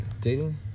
Dating